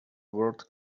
world